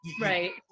right